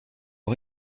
aux